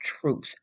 truth